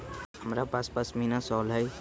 हमरा पास पशमीना शॉल हई